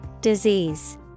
Disease